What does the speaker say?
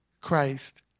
Christ